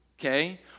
okay